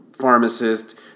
pharmacist